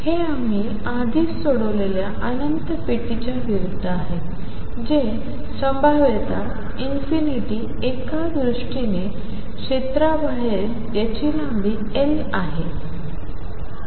हे आम्ही आधीच सोडवलेल्या अनंत पेटीच्या विरूद्ध आहे जे संभाव्यता ∞ एका विशिष्ट क्षेत्राबाहेर ज्याची लांबी L आहे